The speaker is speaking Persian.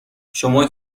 شما